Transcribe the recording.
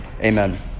Amen